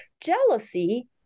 Jealousy